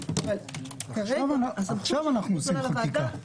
עכשיו אנחנו עושים חקיקה.